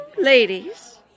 ladies